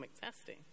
testing